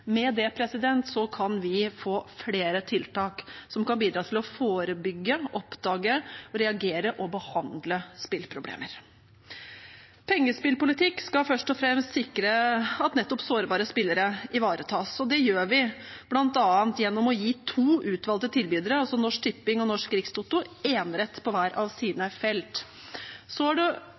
Med det kan vi få flere tiltak som kan bidra til å forebygge, oppdage, reagere på og behandle spilleproblemer. Pengespillpolitikk skal først og fremst sikre at nettopp sårbare spillere ivaretas, og det gjør vi bl.a. gjennom å gi to utvalgte tilbydere, Norsk Tipping og Norsk Rikstoto, enerett på hver av sine felt. Det har også skapt litt debatt hva rollen som enerettstilbyder innebærer. Det